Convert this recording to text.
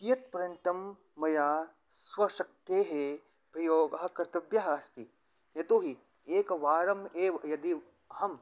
कियत् प्रयत्नं मया स्वशक्तेः प्रयोगः कर्तव्यः अस्ति यतोऽहि एकवारम् एव यदि अहम्